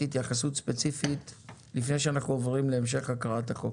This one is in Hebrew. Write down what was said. התייחסות ספציפית לפני שאנחנו עוברים להמשך הקראת החוק.